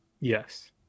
Yes